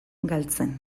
galtzen